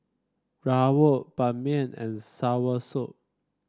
rawon Ban Mian and soursop